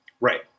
Right